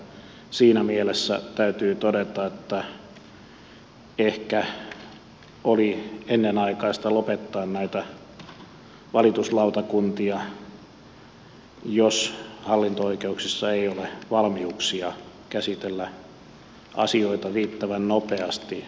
siinä mielessä täytyy todeta että ehkä oli ennenaikaista lopettaa näitä valituslautakuntia jos hallinto oikeuksissa ei ole valmiuksia käsitellä asioita riittävän nopeasti